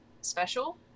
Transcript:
special